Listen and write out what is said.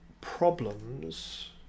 problems